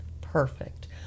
Perfect